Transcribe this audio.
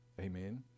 Amen